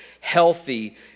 healthy